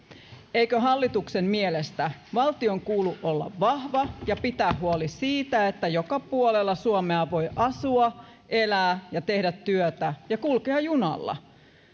eikö hallituksen mielestä valtion kuulu olla vahva ja pitää huoli siitä että joka puolella suomea voi asua elää tehdä työtä ja kulkea junalla